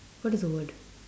what is the word